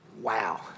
Wow